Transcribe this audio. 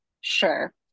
sure